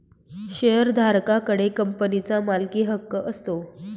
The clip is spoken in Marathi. शेअरधारका कडे कंपनीचा मालकीहक्क असतो